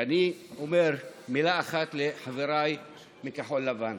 ואני אומר מילה אחת לחבריי מכחול לבן.